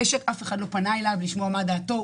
אף אחד לא פנה לשמוע מה דעתו.